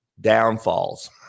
downfalls